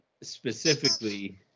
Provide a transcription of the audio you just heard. specifically